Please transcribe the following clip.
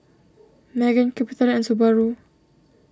Megan CapitaLand and Subaru